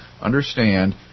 understand